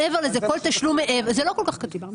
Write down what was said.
מעבר לזה כל תשלום מעבר זה לא כל כך כתוב.